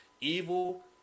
Evil